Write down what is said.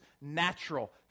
natural